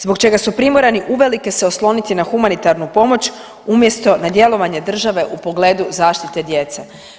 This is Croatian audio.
Zbog čega su primorani uvelike se osloniti na humanitarnu pomoć umjesto na djelovanje države u pogledu zaštite djece.